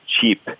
cheap